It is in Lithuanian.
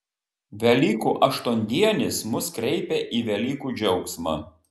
velykų aštuondienis mus kreipia į velykų džiaugsmą